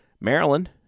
Maryland